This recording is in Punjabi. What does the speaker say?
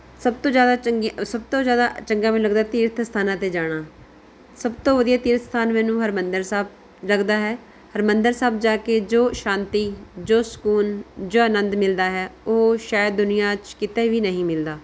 ਸਭ ਤੋਂ ਜ਼ਿਆਦਾ ਚੰਗੀ ਸਭ ਤੋਂ ਜ਼ਿਆਦਾ ਚੰਗਾ ਮੈਨੂੰ ਲੱਗਦਾ ਤੀਰਥ ਸਥਾਨਾਂ 'ਤੇ ਜਾਣਾ ਸਭ ਤੋਂ ਵਧੀਆ ਤੀਰਥ ਸਥਾਨ ਮੈਨੂੰ ਹਰਿਮੰਦਰ ਸਾਹਿਬ ਲੱਗਦਾ ਹੈ ਹਰਿਮੰਦਰ ਸਾਹਿਬ ਜਾ ਕੇ ਜੋ ਸ਼ਾਂਤੀ ਜੋ ਸਕੂਨ ਜੋ ਅਨੰਦ ਮਿਲਦਾ ਹੈ ਉਹ ਸ਼ਾਇਦ ਦੁਨੀਆਂ 'ਚ ਕਿਤੇ ਵੀ ਨਹੀਂ ਮਿਲਦਾ